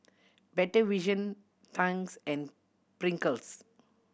Better Vision Tangs and Pringles